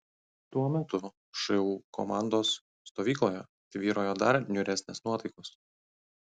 tuo metu šu komandos stovykloje tvyrojo dar niūresnės nuotaikos